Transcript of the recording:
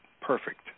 Perfect